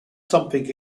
something